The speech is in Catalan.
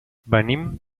venim